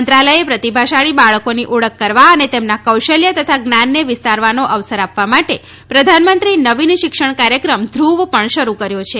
મંત્રાલયે પ્રતિભાશાળી બાળકોની ઓળખ કરવા અને તેમના કૌશલ્ય તથા જ્ઞાનને વિસ્તારવાનો અવસર આપવા માટે પ્રધાનમંત્રી નવીન શિક્ષણ કાર્યક્રમ ધ્રુવ પણ શરૂ કર્યો છે